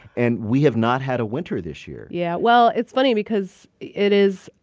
and we have not had a winter this year yeah. well, it's funny because it is,